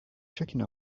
checking